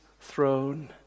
throne